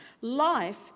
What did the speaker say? Life